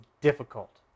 difficult